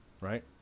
right